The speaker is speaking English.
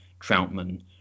Troutman